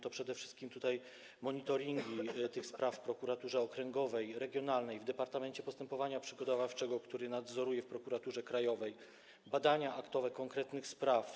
To przede wszystkim monitoringi tych spraw w prokuraturze okręgowej, regionalnej, w Departamencie Postępowania Przygotowawczego, który nadzoruję w Prokuraturze Krajowej, badania aktowe konkretnych spraw.